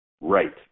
right